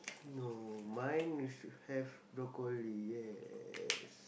no mine is have broccoli yes